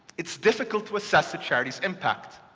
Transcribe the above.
it's difficult to assess a charity's impact.